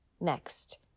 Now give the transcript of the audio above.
next